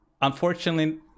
Unfortunately